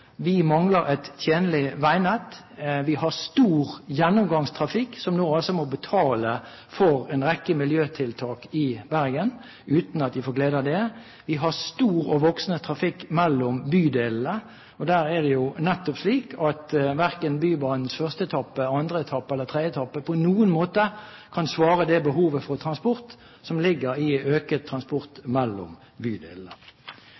Vi mangler et tjenlig veinett. Vi har stor gjennomgangstrafikk, som nå altså må betale for en rekke miljøtiltak i Bergen, uten at de får glede av det. Vi har stor og voksende trafikk mellom bydelene, og der er det jo nettopp slik at verken Bybanens første etappe, andre etappe eller tredje etappe på noen måte kan svare på det behovet for transport som ligger i økt transport mellom bydelene.